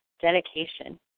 dedication